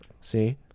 see